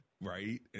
right